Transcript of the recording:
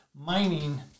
mining